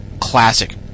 classic